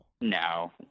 No